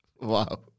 Wow